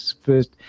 first